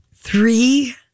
three